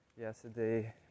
yesterday